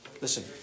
Listen